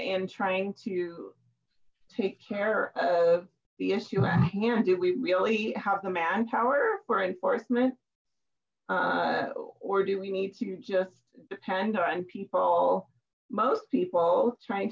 trying to take care of the issue at hand do we really have the manpower for enforcement or do we need to just depend on people most people trying